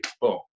boom